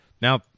Now